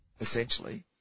essentially